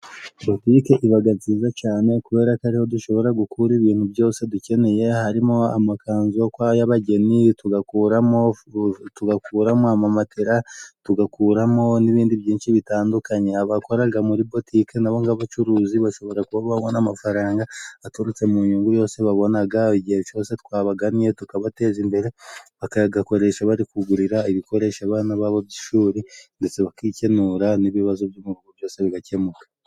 Butike iba nziza cyane, kubera ko ari ho dushobora gukura ibintu byose dukeneye, harimo amakanzu y'abageni tugakuramo amamatela tugakuramo n'ibindi byinshi bitandukanye, abakora muri butike na bo nk'abacuruzi, bashobora kuba babona amafaranga aturutse mu nyungu yose babona, igihe cyose twabagannye tukabateza imbere, bakayakoresha bari kugurira abana babo ibikoresho by'ishuri, ndetse bakikenura n'ibibazo byo mu rugo byose bigakemuka.